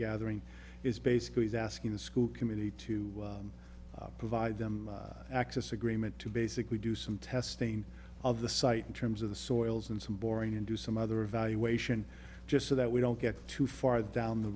gathering is basically he's asking the school community to provide them access agreement to basically do some testing of the site in terms of the soils and some boring and do some other evaluation just so that we don't get too far down the